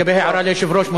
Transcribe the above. לגבי הערה ליושב-ראש,